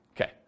Okay